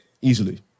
easily